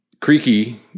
Creaky